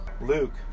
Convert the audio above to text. Luke